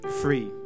free